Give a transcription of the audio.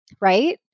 Right